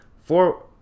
four